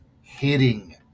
hitting